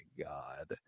god